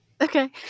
okay